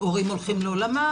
הורים הולכים לעולמם,